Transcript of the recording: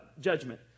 judgment